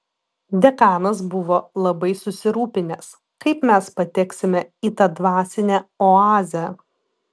dekanas buvo labai susirūpinęs kaip mes pateksime į tą dvasinę oazę